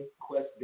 Quest